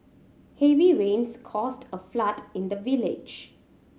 heavy rains caused a flood in the village